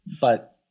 but-